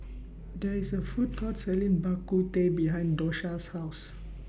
There IS A Food Court Selling Bak Kut Teh behind Dosha's House